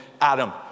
Adam